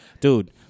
Dude